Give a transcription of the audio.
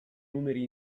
numeri